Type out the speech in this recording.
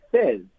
says